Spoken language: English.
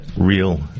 real